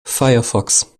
firefox